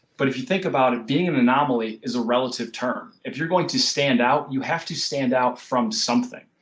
but if you think about it being an anomaly is a relative term. if you are going to stand out, you have to stand out from something.